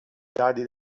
dadi